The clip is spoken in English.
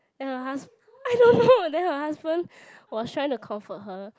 and her hus~ I don't know then her husband was trying to comfort her